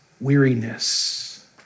weariness